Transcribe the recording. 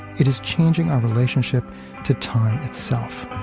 it is changing our relationship to time itself